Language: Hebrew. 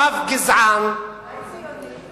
רב-גזען, רב-ציוני.